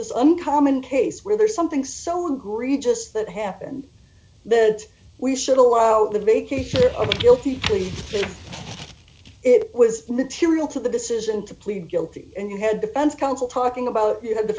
this uncommon case where there's something so who really just that happened that we should allow the vacation a guilty plea if it was material to the decision to plead guilty and you had defense counsel talking about